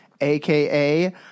aka